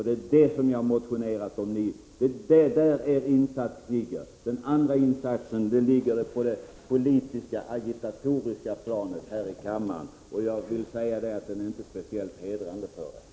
Det är detta som jag har motionerat om. Det är där er insats ligger. Den andra insatsen ligger på det politiska agitatoriska planet. Jag vill säga att det inte är speciellt hedrande för er.